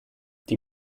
die